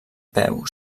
peu